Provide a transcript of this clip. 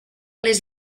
les